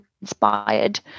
inspired